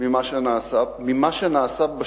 ממה שנעשה בשימוש